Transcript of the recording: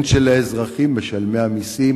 הן על האזרחים משלמי המסים,